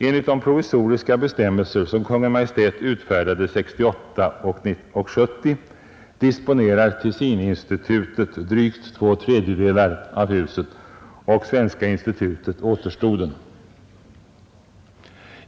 Enligt de provisoriska bestämmelser som Kungl. Maj:t utfärdade 1968 och 1970 disponerar Tessininstitutet drygt två tredjedelar av huset och Svenska institutet återstoden.